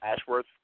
ashworth